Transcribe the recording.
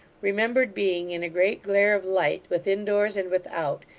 remembered being in a great glare of light, within doors and without,